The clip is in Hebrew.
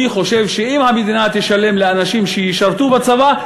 אני חושב שאם המדינה תשלם לאנשים שישרתו בצבא,